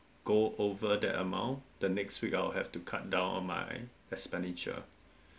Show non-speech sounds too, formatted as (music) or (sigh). go over the amount the next week I'll have to cut down on my expenditure (breath)